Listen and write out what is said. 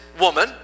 woman